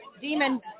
demon